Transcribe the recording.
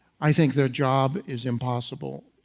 i think their job is impossible.